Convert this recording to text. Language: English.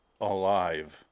alive